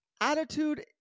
Attitude